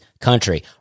country